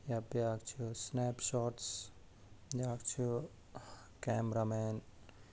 یا بیاکھ چھِ سِنیپ شاٹٕز بیاکھ چھِ کٮ۪مرہ مین